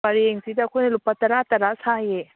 ꯄꯔꯦꯡꯁꯤꯗ ꯑꯩꯈꯣꯏꯅ ꯂꯨꯄꯥ ꯇꯔꯥ ꯇꯔꯥ ꯁꯥꯏꯌꯦ